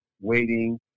waiting